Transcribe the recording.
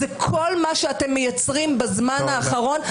זה כל מה שאתם מייצרים בזמן האחרון,